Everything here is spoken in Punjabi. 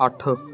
ਅੱਠ